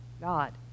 God